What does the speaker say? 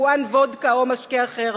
יבואן וודקה או משקה אחר,